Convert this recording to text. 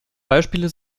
beispiele